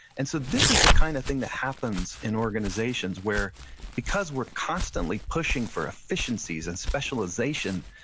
and so this is the kind of thing that happens in organizations where because we're constantly pushing for efficiencies and specialization,